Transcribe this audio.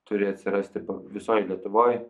turi atsirasti visoj lietuvoj